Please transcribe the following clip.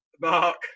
Mark